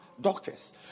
doctors